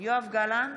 יואב גלנט,